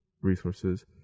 resources